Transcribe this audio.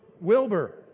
Wilbur